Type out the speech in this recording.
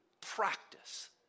practice